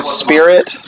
spirit